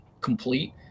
complete